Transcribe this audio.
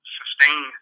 sustain